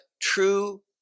true